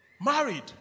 married